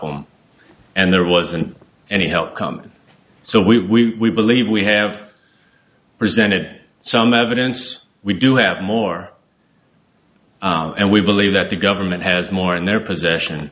him and there wasn't any help coming so we believe we have presented some evidence we do have more and we believe that the government has more in their possession